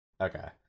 okay